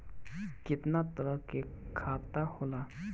केतना तरह के खाता होला?